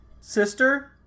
Sister